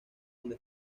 donde